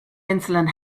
insulin